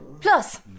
Plus